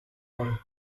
all